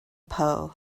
poe